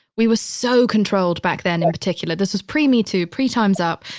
we were so controlled back then in particular. this was pre me too, pre time's up.